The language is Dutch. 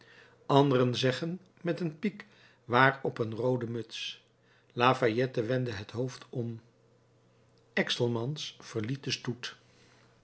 anderen zeggen met een piek waarop een roode muts lafayette wendde het hoofd om excelmans verliet den stoet